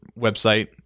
website